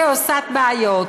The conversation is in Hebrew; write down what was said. כעושת בעיות.